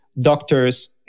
doctors